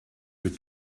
que